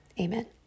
amen